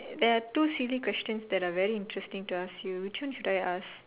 there are two silly questions that are very interesting to ask you which one should I ask